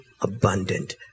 abundant